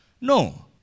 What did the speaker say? No